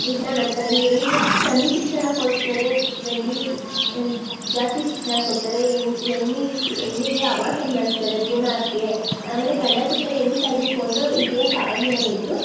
ಇದನ್ನ ಮಾಡ್ತಾರೆ ಈ ಹೆಣ್ಣಿಗೆ ಕಮ್ಮಿ ಶಿಕ್ಷಣ ಕೊಡಿಸ್ತಾರೆ ಗಂಡಿಗೆ ಜಾಸ್ತಿ ಶಿಕ್ಷಣ ಕೊಡ್ತಾರೆ ಹೆಣ್ಣ್ ಹೆಣ್ಣಿಗ್ ಹೆಣ್ಣಿಗೆ ಅಬಾಷನ್ ಮಾಡಿಸ್ತಾರೆ ಭ್ರೂಣ ಹತ್ಯೆ ಆಮೇಲೆ ಗಂಡ ಸತ್ತರೆ ಹೆಣ್ಣೂ ಸಾಯಬೇಕು ಅನ್ನೋ ಇತಿಹಾಸ ಅವಾಗಿಂದನೂ ಇತ್ತು